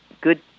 good